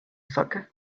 soccer